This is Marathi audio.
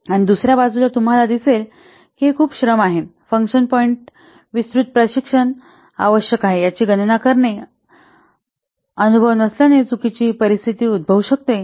आणि दुसय्रा बाजूला तुम्हाला दिसेल की हे खूप श्रम आहे फंक्शन पॉईंट्स विस्तृत प्रशिक्षण आवश्यक आहे याची गणना करणे अननुभ नसल्याने चुकीची परिस्थिती उद्भवू शकते